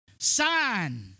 sign